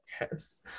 Yes